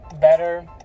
better